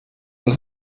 است